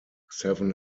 seven